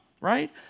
Right